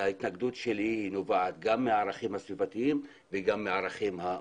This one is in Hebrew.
ההתנגדות שלי נובעת גם מערכים סביבתיים וגם מערכים מוסריים.